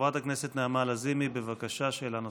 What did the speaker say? חברת הכנסת נעמה לזימי, בבקשה, שאלה נוספת.